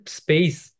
space